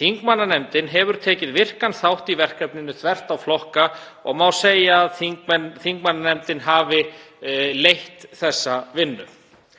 Þingmannanefndin hefur tekið virkan þátt í verkefninu þvert á flokka og má segja að hún hafi leitt þessa vinnu.